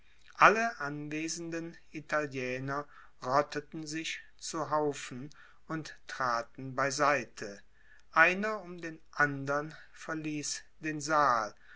alle anwesenden italiener rotteten sich zu haufen und traten beiseite einer um den andern verließ den saal